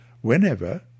whenever